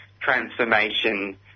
transformation